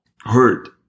hurt